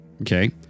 okay